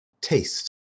taste